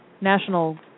National